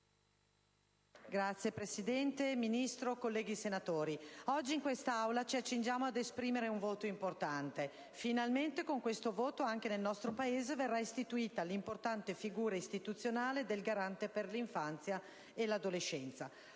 Signor Presidente, signora Ministro, colleghi senatori, oggi in quest'Aula ci accingiamo ad esprimere un voto importante. Finalmente con questo voto anche nel nostro Paese verrà istituita l'importante figura istituzionale del Garante per l'infanzia e l'adolescenza,